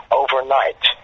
overnight